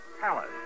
palace